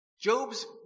Job's